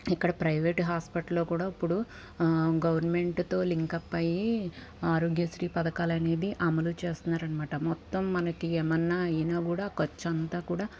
ఇక్కడ ప్రైవేట్ హాస్పిటల్లో కూడా ఇప్పుడు గవర్నమెంట్తో లింక్అప్ అయ్యి ఆరోగ్యశ్రీ పథకాలు అనేది అమలు చేస్తున్నారన్నమాట మొత్తం మనకి ఏమన్నా అయిన కూడా ఖర్చు అంతా కూడా